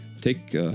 take